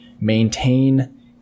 maintain